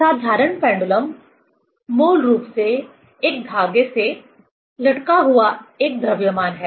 साधारण पेंडुलम मूल रूप से एक धागे से लटका हुआ एक द्रव्यमान है